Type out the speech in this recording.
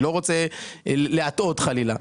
אני לא רוצה להטעות חלילה.